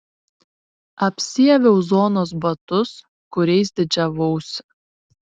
apsiaviau zonos batus kuriais didžiavausi